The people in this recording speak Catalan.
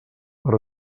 per